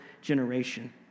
generation